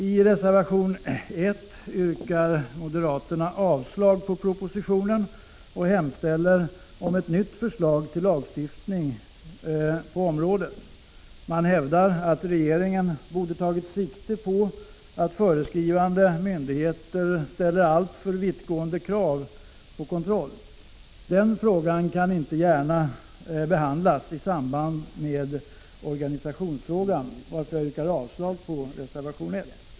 I reservation 1 yrkar moderaterna avslag på propositionen och hemställer om ett nytt förslag till lagstiftning på området. De hävdar att regeringen borde ha tagit sikte på att föreskrivande myndigheter ställer alltför vittgående krav på kontroll. Den frågan kan inte gärna behandlas i samband med organisationsfrågan, varför jag yrkar avslag på reservation 1.